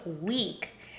week